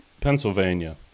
Pennsylvania